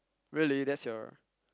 really that's your